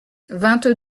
vingt